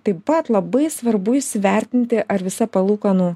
taip pat labai svarbu įsivertinti ar visa palūkanų